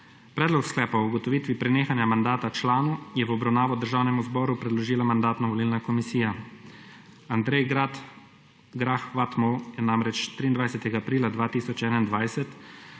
Predlog sklepa o ugotovitvi prenehanja mandata članu je v obravnavo Državnemu zboru predložila Mandatno-volilna komisija. Andrej Grah Whatmough je namreč 23. aprila 2021